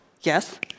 Yes